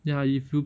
ya if you